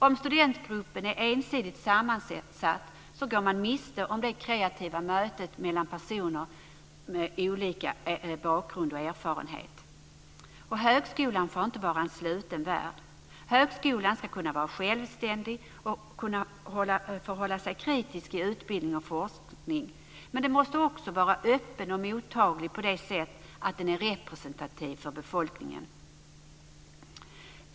Om studentgruppen är ensidigt sammansatt går man miste om det kreativa mötet mellan personer med olika bakgrund och erfarenhet. Högskolan får inte vara en sluten värld. Högskolan ska kunna vara självständig och förhålla sig kritisk i utbildning och forskning. Men den måste också vara öppen och mottaglig på det sättet att den är representativ för befolkningen.